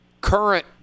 current